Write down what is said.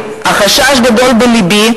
החשש הגדול בלבי,